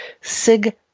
Sig